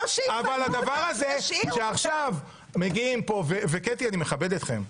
אבל הדבר הזה שמגיעים לפה, ואני מכבד אתכם.